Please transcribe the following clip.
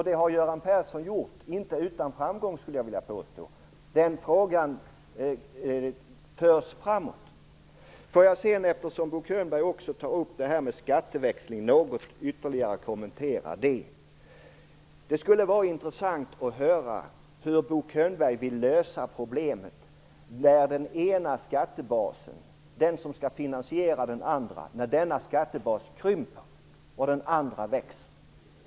Det har Göran Persson gjort - inte utan framgång, skulle jag vilja påstå. Så den frågan förs framåt. Eftersom Bo Könberg tar upp detta med skatteväxling vill jag något ytterligare kommentera det. Det skulle vara intressant att höra hur Bo Könberg vill lösa problemet när den ena skattebasen - den som skall finansiera den andra - krymper medan den andra växer.